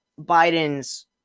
Biden's